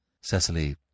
Cecily